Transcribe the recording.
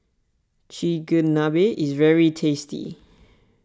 Chigenabe is very tasty